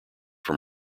from